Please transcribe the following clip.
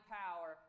power